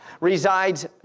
resides